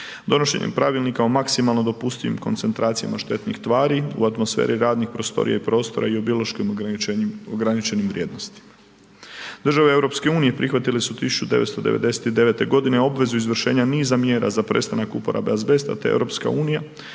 donošenjem Pravilnika o maksimalno dopustivim koncentracija štetnih tvari u atmosferi radnih prostorija i prostora i biološkim ograničenim vrijednosti. Države EU prihvatile su 1999. godine obvezu izvršenja niza mjera za prestanak uporabe azbesta te je